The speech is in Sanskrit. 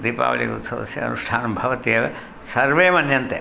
दीपावलिः उत्सवस्य अनुष्ठानं भवत्येव सर्वे मन्यन्ते